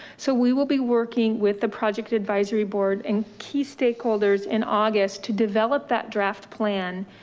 so we will be working with the project advisory board and key stakeholders in august to develop that draft plan,